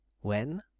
When